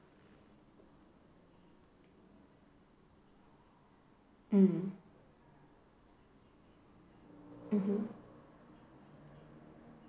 mm mmhmm